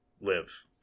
live